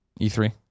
E3